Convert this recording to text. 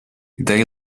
they